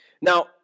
Now